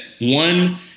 one